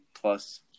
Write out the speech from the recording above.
plus